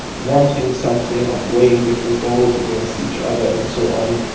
wanting something, of weighing different goals against each other and so on,